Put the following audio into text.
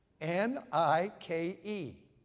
N-I-K-E